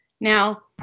Now